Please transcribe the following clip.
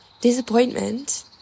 Disappointment